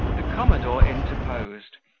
the commodore interposed,